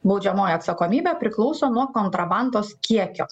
baudžiamoji atsakomybė priklauso nuo kontrabandos kiekio